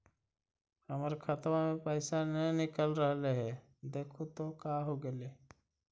हमर खतवा से पैसा न निकल रहले हे देखु तो का होगेले?